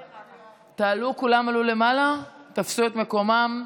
כולם עלו למעלה, תפסו את מקומם?